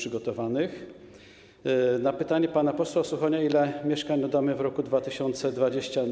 Było pytanie pana posła Suchonia, ile mieszkań oddamy w roku 2020.